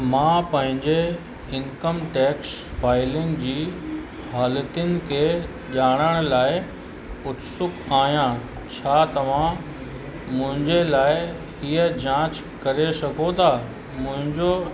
मां पंहिंजे income tax filing जी हालतुनि खे ॼाणण लाइ उत्सुक आहियां छा तव्हां मुंहिजे लाइ ईअं जांच करे सघो था मुंहिंजो